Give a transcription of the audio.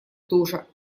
тоже